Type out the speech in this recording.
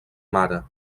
mare